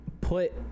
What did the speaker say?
put